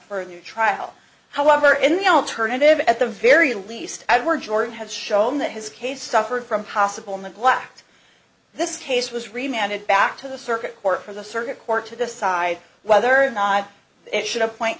for a new trial however in the alternative at the very least i were jordan has shown that his case suffered from possible in the black to this case was reminded back to the circuit court for the circuit court to decide whether or not it should appoint